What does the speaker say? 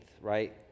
right